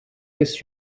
this